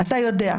כן.